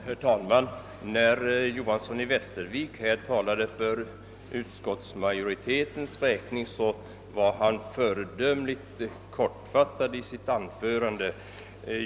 Herr talman! När herr Johanson i Västervik talade för utskottsmajoriteten var han föredömligt kortfattad.